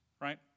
right